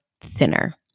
thinner